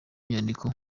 nyandiko